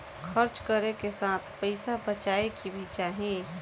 खर्च करे के साथ पइसा बचाए के भी चाही